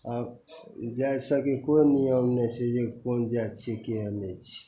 आब ई जाति सभके कोइ नियम नहि छै जे कोन जाति छिए कोन नहि छिए